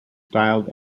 styled